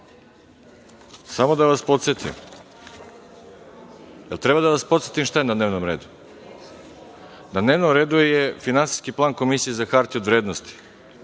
nemam ništa protiv. Da li treba da vas podsetim šta je na dnevnom redu? Na dnevnom redu je Finansijski plan Komisije za hartije od vrednosti,